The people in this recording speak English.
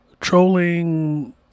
trolling